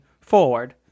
forward